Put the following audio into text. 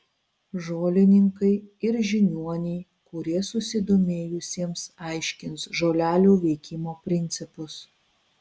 žolininkai ir žiniuoniai kurie susidomėjusiems aiškins žolelių veikimo principus